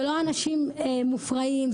זה לא אנשים מופרעים,